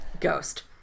Ghost